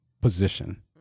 position